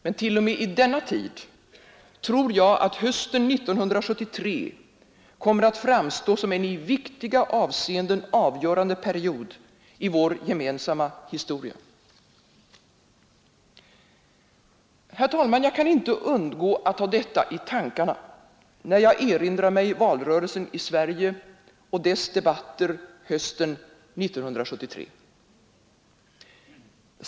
Men t.o.m. i denna tid tror jag att hösten 1973 kommer att framstå som en i viktiga avseenden avgörande period i vår gemensamma historia. Herr talman! Jag kan inte undgå att ha detta i tankarna, när jag erinrar mig valrörelsen i Sverige och debatterna i samband med den hösten 1973.